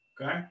okay